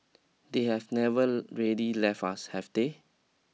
they have never really left us have they